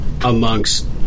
amongst